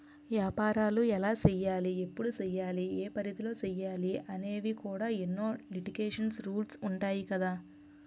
ఏపారాలు ఎలా సెయ్యాలి? ఎప్పుడు సెయ్యాలి? ఏ పరిధిలో సెయ్యాలి అనేవి కూడా ఎన్నో లిటికేషన్స్, రూల్సు ఉంటాయి కదా